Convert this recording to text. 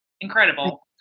incredible